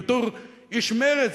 בתור איש מרצ,